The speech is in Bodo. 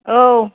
औ